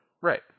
Right